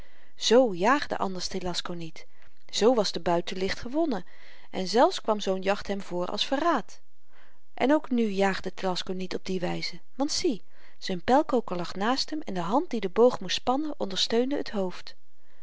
z jaagde anders telasco niet z was de buit te licht gewonnen en zelfs kwam zoo'n jacht hem voor als verraad en ook nu jaagde telasco niet op die wyze want zie z'n pylkoker lag naast hem en de hand die de boog moest spannen ondersteunde het hoofd